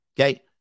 Okay